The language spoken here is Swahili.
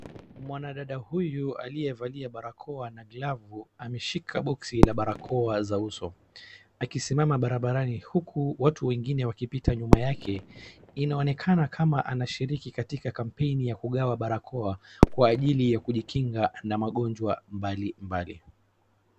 Mwanandada huyu aliyevalia barakoa na glavu ameshika boksi la barakoa za uso ,akisimama barabarani huku watu wengine wakipita nyuma yake. Inaonekana kama anashiriki katika kampeni ya kugawa barakoa kwa ajili ya kujikinga na magonjwa mbalimbali.